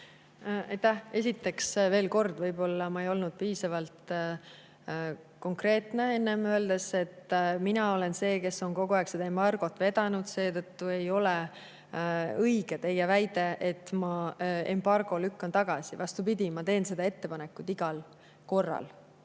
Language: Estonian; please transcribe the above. Esiteks, veel kord, võib-olla ma ei olnud piisavalt konkreetne enne, öeldes, et mina olen see, kes on kogu aeg seda embargot vedanud, seetõttu ei ole õige teie väide, et ma embargo tagasi lükkan. Vastupidi, ma teen seda ettepanekut igal korral.